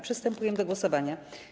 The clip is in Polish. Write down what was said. Przystępujemy do głosowania.